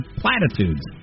platitudes